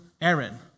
Aaron